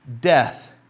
Death